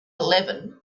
eleven